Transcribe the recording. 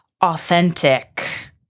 authentic